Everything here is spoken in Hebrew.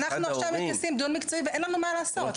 אנחנו עכשיו עושים דיון מקצועי ואין לנו מה לעשות.